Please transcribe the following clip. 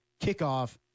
kickoff